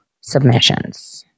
submissions